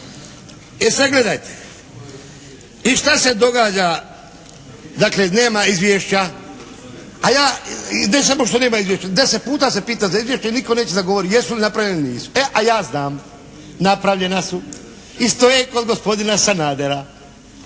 E sad gledajte. I šta se događa, dakle nema izvješća, a ja ne samo što nema izvješća, 10 puta se pita za izvješće i nitko neće da govori jesu li napravili ili nisu. E a ja znam, napravljena su. I stoje kod gospodina Sanadera.